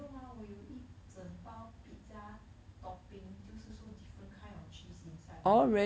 没有吗我有一整包 pizza topping 就是说 different kind of cheese inside mah